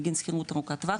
בגין שכירות ארוכת טווח,